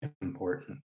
important